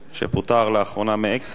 שפוטר לאחרונה מ"אקסלנס",